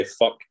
fuck